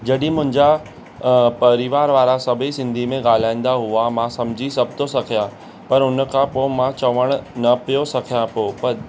जॾहिं मुंहिंजा परिवार वारा सभेई सिंधी में ॻाल्हाईंदा हुआ मां सम्झी सभ थो सघियां पर उन खां पोइ मां चवणु न पियो सिखियां पोइ